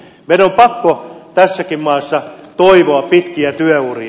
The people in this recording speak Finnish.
meidän on pakko tässäkin maassa toivoa pitkiä työuria